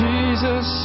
Jesus